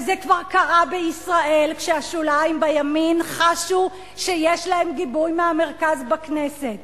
וזה כבר קרה בישראל כשהשוליים בימין חשו שיש להם גיבוי מהמרכז בכנסת.